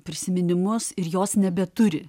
prisiminimus ir jos nebeturi